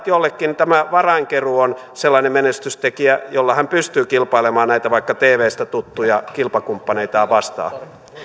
jollekin tämä varainkeruu on sellainen menestystekijä jolla hän pystyy kilpailemaan vaikka näitä tvstä tuttuja kilpakumppaneitaan vastaan